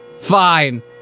Fine